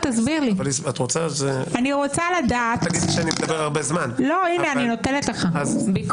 אני נותנת לך בזמני.